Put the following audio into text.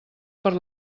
per